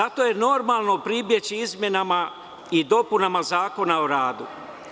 Zato je normalno pribeći izmenama i dopunama Zakona o radu.